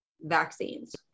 vaccines